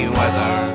weather